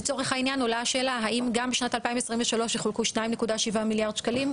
לצורך העניין עולה השאלה: האם גם בשנת 2023 יחולקו 2.7 מיליארד שקלים,